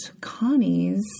Connie's